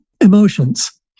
emotions